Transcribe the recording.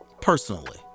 personally